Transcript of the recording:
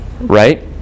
right